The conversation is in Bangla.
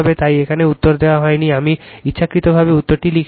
তাই এখানে উত্তর দেওয়া হয়নি আমি ইচ্ছাকৃতভাবে উত্তরটি লিখিনি